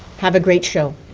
have a great show